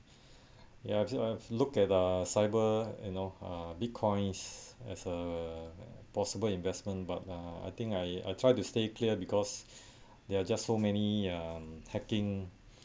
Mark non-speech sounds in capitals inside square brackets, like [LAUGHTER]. ya actually I've looked at uh cyber and you know uh bitcoins as a possible investment but uh I think I I try to stay clear because [BREATH] they are just so many um hacking